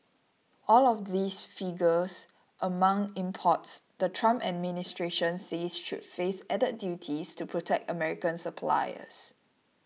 all of these figures among imports the Trump administration says should face added duties to protect American suppliers